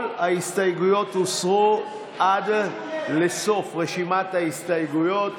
כל ההסתייגויות הוסרו עד לסוף רשימת ההסתייגויות.